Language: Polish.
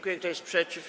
Kto jest przeciw?